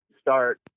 start